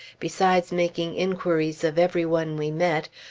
besides making inquiries of every one we met,